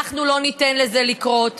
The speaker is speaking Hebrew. אנחנו לא ניתן לזה לקרות.